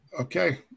Okay